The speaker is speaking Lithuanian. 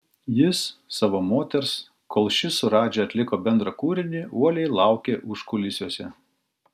jis savo moters kol ši su radži atliko bendrą kūrinį uoliai laukė užkulisiuose